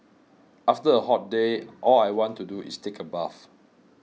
after a hot day all I want to do is take a bath